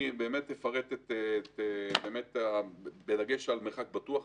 אני אפרט את התוכנית בדגש על מרחק בטוח.